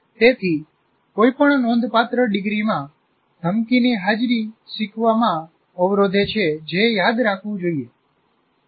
તેથી કોઈપણ નોંધપાત્ર ડિગ્રીમાં ધમકીની હાજરી શીખવામાં અવરોધે છે જે યાદ રાખવું જોઈએ